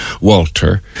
walter